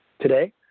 Today